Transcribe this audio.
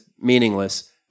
meaningless